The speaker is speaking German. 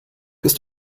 ist